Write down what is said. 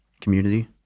community